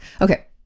Okay